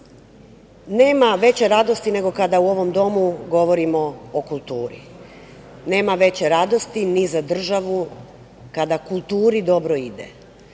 nema veće radosti nego kada u ovom Domu govorimo o kulturi. Nema veće radosti ni za državu kada kulturi dobro ide,